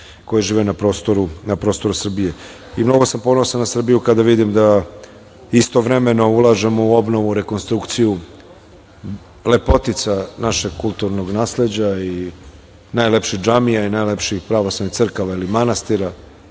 koje žive na prostoru Srbije.I mnogo sam ponosan na Srbiju kada vidim da istovremeno ulažemo u obnovu, rekonstrukciju lepotica našeg kulturnog nasleđa i najlepših džamija i najlepših pravoslavnih crkava ili manastira,